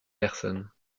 personnes